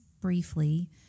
briefly